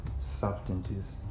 substances